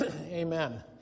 Amen